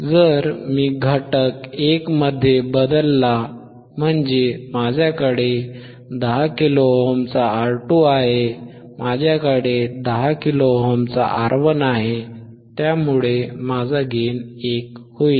जर मी घटक 1 मध्ये बदलला म्हणजे माझ्याकडे 10 किलो ओमचा R2 आहे माझ्याकडे 10 किलो ओमचा R1 आहे त्यामुळे माझा गेन 1 होईल